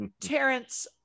Terrence